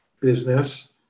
business